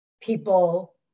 people